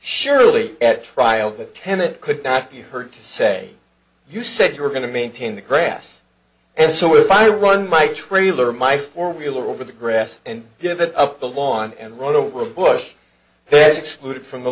surely at trial that tenet could not be heard to say you said you were going to maintain the grass and so if i run my trailer my four wheeler over the grass and give it up the lawn and run over bush has excluded from the